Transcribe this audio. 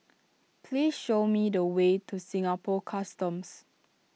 please show me the way to Singapore Customs